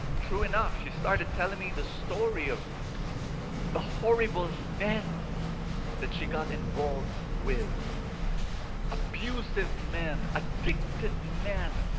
true enough she started telling me the story of the horrible men that she got. involved with abusive men. addicted men.